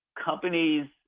companies